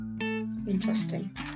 Interesting